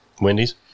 Wendy's